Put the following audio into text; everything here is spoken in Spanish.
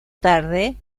tarde